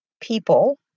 people